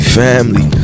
family